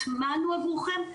הטעמנו עבורכם,